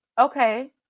okay